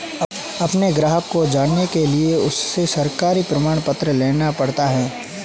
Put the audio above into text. अपने ग्राहक को जानने के लिए उनसे सरकारी प्रमाण पत्र लेना पड़ता है